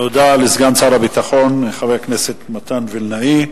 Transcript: תודה לסגן שר הביטחון, חבר הכנסת מתן וילנאי.